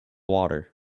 water